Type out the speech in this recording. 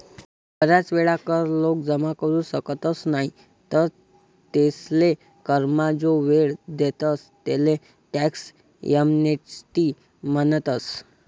बराच वेळा कर लोक जमा करू शकतस नाही तर तेसले करमा जो वेळ देतस तेले टॅक्स एमनेस्टी म्हणतस